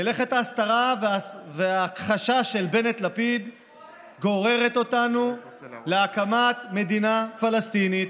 מלאכת ההסתרה וההכחשה של בנט-לפיד גוררת אותנו להקמת מדינה פלסטינית.